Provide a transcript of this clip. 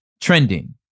Trending